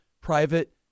private